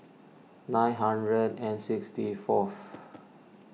nine hundred and sixty fourth